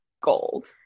gold